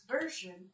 version